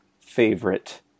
favorite